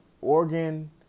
Oregon